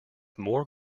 more